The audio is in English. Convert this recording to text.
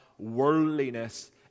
worldliness